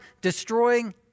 destroying